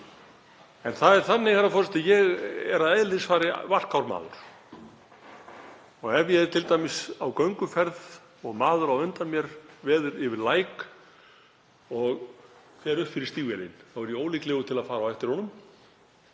En það er þannig, herra forseti, að ég er að eðlisfari varkár maður. Ef ég er t.d. á gönguferð og maður á undan mér veður yfir læk og fer upp fyrir stígvélin er ég ólíklegur til að fara á eftir honum.